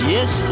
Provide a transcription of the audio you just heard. Yes